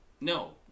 no